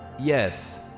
Yes